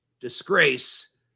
disgrace